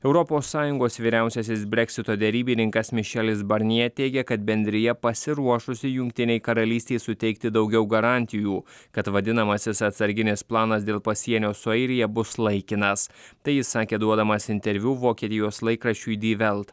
europos sąjungos vyriausiasis breksito derybininkas mišelis barnjė teigia kad bendrija pasiruošusi jungtinei karalystei suteikti daugiau garantijų kad vadinamasis atsarginis planas dėl pasienio su airija bus laikinas tai jis sakė duodamas interviu vokietijos laikraščiui dy velt